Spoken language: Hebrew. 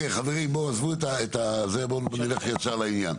חברים, עזבו, בואו נלך ישר לעניין.